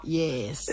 yes